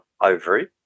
ovary